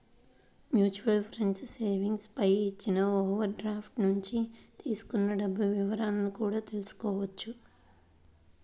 mutual funds savings పై ఇచ్చిన overdraft నుంచి తీసుకున్న డబ్బుల వివరాలను కూడా తెల్సుకోవచ్చు